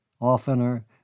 oftener